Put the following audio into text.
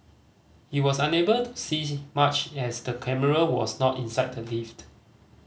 he was unable to see much as the camera was not inside the lift